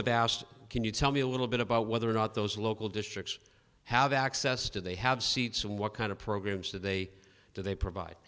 asked can you tell me a little bit about whether or not those local districts have access to they have seats and what kind of programs that they do they provide